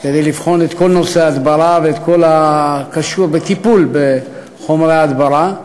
כדי לבחון את כל נושא ההדברה ואת כל הקשור בטיפול בחומרי ההדברה.